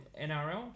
NRL